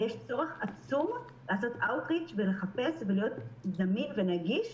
ויש צורך עצום לעשות out reach ולחפש ולהיות זמין ונגיש.